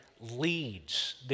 leads